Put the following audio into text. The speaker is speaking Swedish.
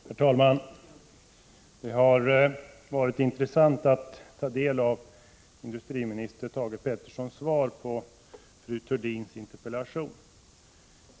Herr talman! Det har varit intressant att ta del av industriminister Thage Petersons svar på fru Thurdins interpellation.